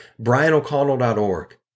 brianoconnell.org